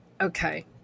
Okay